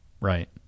right